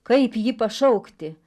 kaip jį pašaukti